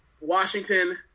Washington